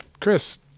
Chris